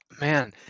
man